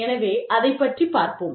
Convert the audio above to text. எனவே அதைப் பற்றிப் பார்ப்போம்